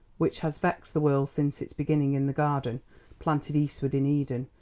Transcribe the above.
which has vexed the world since its beginning in the garden planted eastward in eden,